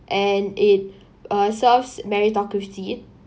and it uh serves meritocracy